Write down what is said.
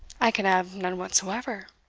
i can have none whatsoever.